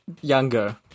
younger